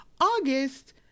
August